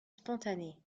spontané